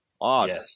Odd